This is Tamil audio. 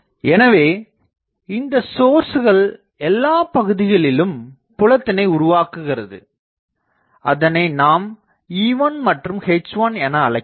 எனவே இந்தச் சோர்ஸ்கள் எல்லாப் பகுதிகளிலும் புலத்திணை உருவாக்குகிறது அதனை நாம் E1 மற்றும் H1 என அழைக்கலாம்